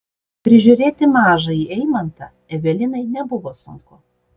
prižiūrėti mažąjį eimantą evelinai nebuvo sunku